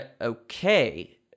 Okay